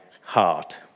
heart